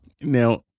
Now